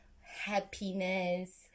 happiness